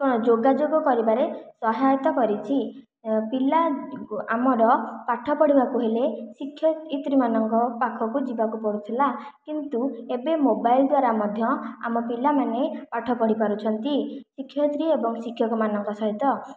କ'ଣ ଯୋଗାଯୋଗ କରିବାରେ ସହାୟତା କରିଛି ପିଲା ଆମର ପାଠ ପଢ଼ିବାକୁ ହେଲେ ଶିକ୍ଷକ ଶିକ୍ଷୟତ୍ରୀମାନଙ୍କ ପାଖକୁ ଯିବାକୁ ପଡ଼ୁଥିଲା କିନ୍ତୁ ଏବେ ମୋବାଇଲ୍ ଦ୍ୱାରା ମଧ୍ୟ ଆମ ପିଲାମାନେ ପାଠ ପଢ଼ିପାରୁଛନ୍ତି ଶିକ୍ଷୟତ୍ରୀ ଏବଂ ଶିକ୍ଷକମାନଙ୍କ ସହିତ